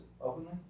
openly